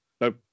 No